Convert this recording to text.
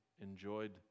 enjoyed